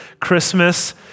Christmas